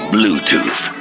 Bluetooth